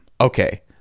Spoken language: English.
Okay